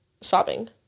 sobbing